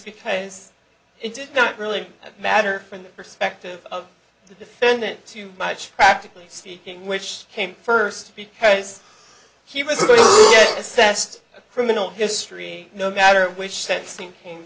because it did not really matter from the perspective of the defendant too much practically speaking which came first because he was assessed criminal history no matter which